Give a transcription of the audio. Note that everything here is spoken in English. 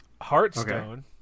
Hearthstone